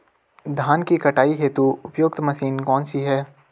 धान की कटाई हेतु उपयुक्त मशीन कौनसी है?